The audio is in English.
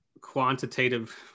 quantitative